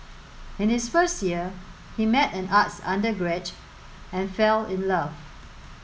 in his first year he met an arts undergraduate and fell in love